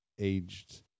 aged